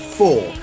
four